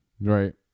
right